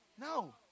No